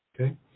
okay